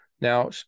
Now